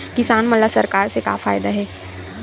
किसान मन ला सरकार से का फ़ायदा हे?